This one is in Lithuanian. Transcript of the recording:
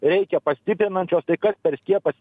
reikia pastiprinančio tai kas per skiepas